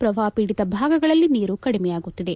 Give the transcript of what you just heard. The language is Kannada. ಪ್ರವಾಹ ಪೀಡಿತ ಭಾಗಗಳಲ್ಲಿ ನೀರು ಕಡಿಮೆಯಾಗುತ್ತಿದೆ